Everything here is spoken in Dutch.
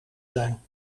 zijn